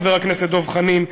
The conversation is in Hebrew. חבר הכנסת דב חנין.